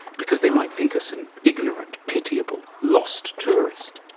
because they might think us an ignorant, pitiable, lost tourist.